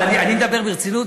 אבל אני מדבר ברצינות,